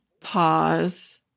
Pause